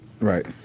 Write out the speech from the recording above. Right